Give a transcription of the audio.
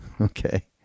okay